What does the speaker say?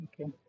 okay